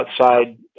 outside